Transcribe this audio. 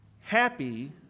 Happy